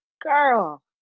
girl